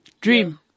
dream